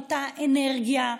לעולמות האנרגיה,